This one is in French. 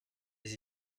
les